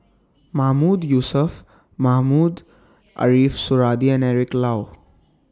Mahmood Yusof Mohamed Ariff Suradi and Eric Low